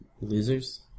losers